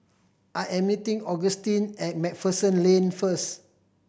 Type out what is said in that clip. I am meeting Augustine at Macpherson Lane first